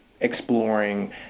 exploring